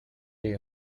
day